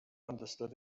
understood